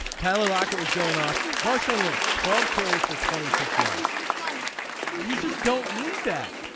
tyler lockett was going off marshawn lynch twelve cares for twenty six yards do you just don't need that.